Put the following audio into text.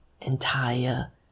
entire